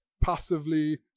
passively